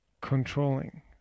controlling